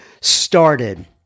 started